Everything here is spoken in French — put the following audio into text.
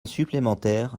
supplémentaire